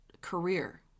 career